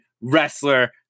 wrestler